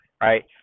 right